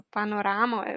panorama